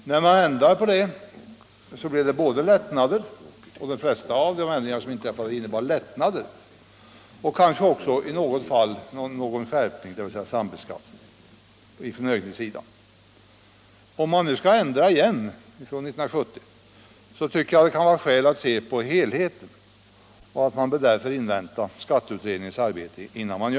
När reglerna ändrades blev det lättnader för de flesta fosterföräldrar, men kanske också i något fall en skärpning, dvs. sambeskattning på förmögenhetssidan. Om man nu skall ändra reglerna från 1970 tycker jag det kan vara skäl att se på helheten och därför invänta skatteutredningens arbete.